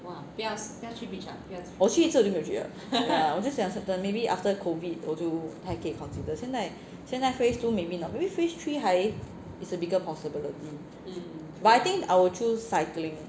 我去一次我就没有去了 ya 我就想 certain maybe after COVID 我就还可以 consider 现在现在 phase two maybe not maybe phase three 还 is a bigger possibility but I think I will choose cycling